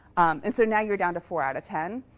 and so now you're down to four out of ten.